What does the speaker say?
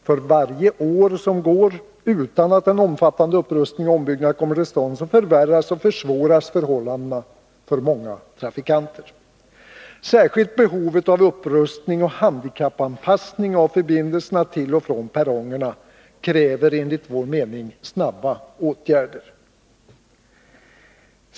För varje år som går utan att en omfattande upprustning och ombyggnad kommer till stånd förvärras och försvåras förhållandena för många trafikanter. Särskilt behovet av upprustning och handikappanpassning av förbindelserna till och från perrongerna kräver, enligt vår mening, snabba åtgärder.